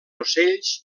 ocells